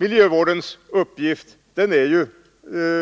Miljövårdens uppgift är,